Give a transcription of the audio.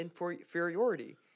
inferiority